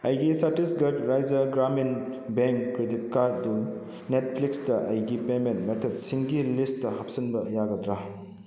ꯑꯩꯒꯤ Chhattisgarh Rajya Gramin bank credit ꯀꯥꯔꯠꯗꯨ ꯅꯦꯠꯐ꯭ꯂꯤꯛꯁꯇ ꯑꯩꯒꯤ ꯄꯦꯃꯦꯟ ꯃꯦꯊꯠꯁꯤꯡꯒꯤ ꯂꯤꯁꯇ ꯍꯥꯞꯆꯟꯕ ꯌꯥꯒꯗ꯭ꯔꯥ